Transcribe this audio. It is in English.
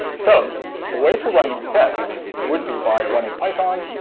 so the way to run these tests would be by running python,